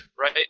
right